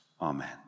Amen